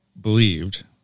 believed